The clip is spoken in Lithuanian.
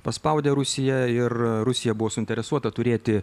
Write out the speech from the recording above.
paspaudė rusiją ir rusija buvo suinteresuota turėti